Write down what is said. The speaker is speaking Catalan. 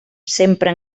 sempre